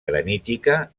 granítica